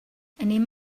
anem